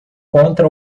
contra